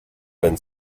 been